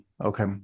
okay